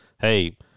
hey